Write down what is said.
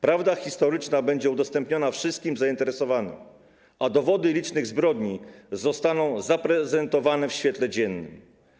Prawda historyczna będzie udostępniana wszystkim zainteresowanym, a dowody licznych zbrodni zostaną zaprezentowane w świetle dziennym.